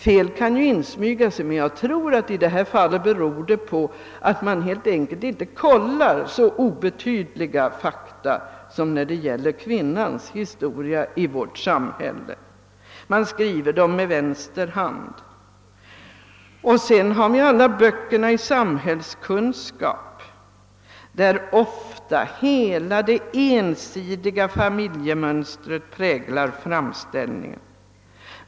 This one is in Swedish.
Fel kan insmyga sig, men jag tror att det i detta fall beror på att man helt enkelt inte kollar så obetydliga saker som fakta om kvinnans historia i vårt samhälle. Man skriver dem med vänster hand. Sedan har vi alla böcker i samhällskunskap, i vilka ofta det ensidiga familjemönstret helt präglar framställningen.